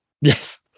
Yes